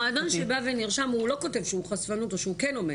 מועדון שבא ונרשם הוא לא כותב שהוא חשפנות או שהוא כן אומר?